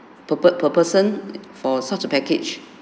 per per per person for such a package